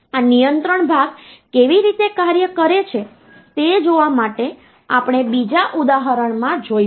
હવે આ નિયંત્રણ ભાગ કેવી રીતે કાર્ય કરે છે તે જોવા માટે આપણે બીજા ઉદાહરણમાં જોઈશું